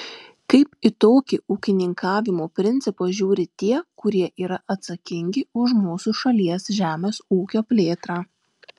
kaip į tokį ūkininkavimo principą žiūri tie kurie yra atsakingi už mūsų šalies žemės ūkio plėtrą